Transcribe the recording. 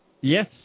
Yes